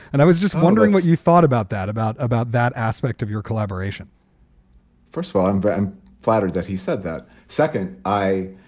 and i was just wondering what you thought about that, about about that aspect of your collaboration first of all, i'm but very flattered that he said that. second, i.